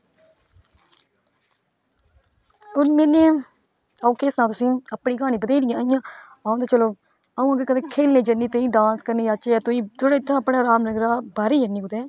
हून जियां आंऊ के सनाहं तुसेंगी अपनी क्हानी बतेहरी है इया अस ते चलो आंऊ ते कंदे खेलन जन्नी तां वी डाॅस करनी थोह्ड़ा अपने रामनगरा बाहरे गी जन्नी कुदे